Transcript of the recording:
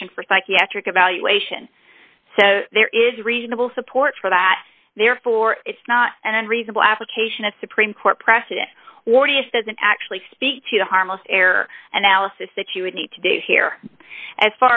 motion for psychiatric evaluation so there is reasonable support for that therefore it's not an unreasonable application of supreme court precedent or the if doesn't actually speak to the harmless error and alice's that you would need to do here as